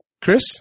Chris